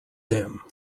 them